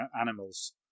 animals